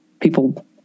people